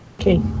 okay